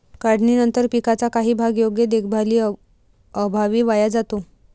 काढणीनंतर पिकाचा काही भाग योग्य देखभालीअभावी वाया जातो